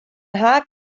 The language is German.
haag